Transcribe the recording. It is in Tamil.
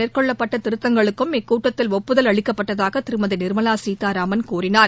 மேற்கொள்ளப்பட்டதிருத்தங்களுக்கும் கம்பெனிசட்டத்தில் இக்கூட்டத்தில் ஒப்புதல் அளிக்கப்பட்டதாகதிருமதிநிர்மலாசீதாராமன் கூறினார்